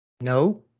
No